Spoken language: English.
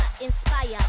Inspire